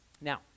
Now